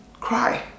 cry